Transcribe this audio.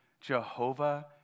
Jehovah